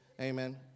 Amen